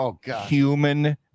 human